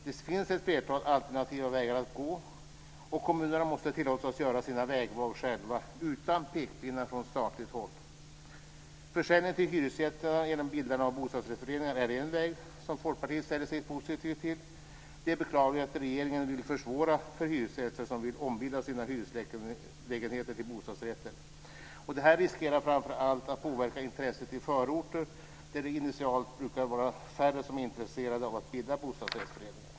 Det finns ett flertal alternativa vägar att gå, och kommunerna måste tillåtas göra sina vägval själva, utan pekpinnar från statligt håll. Försäljning till hyresgästerna genom bildandet av bostadsrättsföreningar är en väg som Folkpartiet ställer sig positivt till. Det är beklagligt att regeringen vill försvåra för hyresgäster som vill ombilda sina hyreslägenheter till bostadsrätter. Detta riskerar framför allt att påverka intresset i förorter, där det initialt brukar vara färre som är intresserade av att bilda bostadsrättsföreningar.